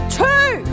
two